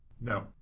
No